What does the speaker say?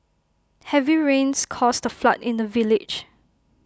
heavy rains caused A flood in the village